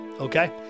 Okay